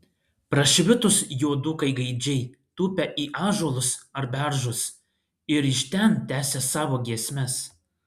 prašvitus juodukai gaidžiai tūpė į ąžuolus ar beržus ir iš ten tęsė savo giesmes